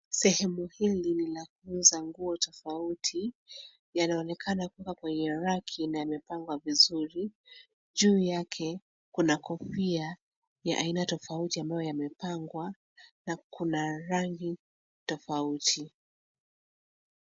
Sehemu hili ni la kuuza nguo tofauti. Yanaonekana kuwa kwenye raki na yamepangwa vizuri. Juu yake kuna kofia ya aina tofauti ambayo yamepangwa na kuna rangi tofauti.